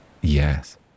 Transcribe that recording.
Yes